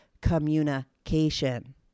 communication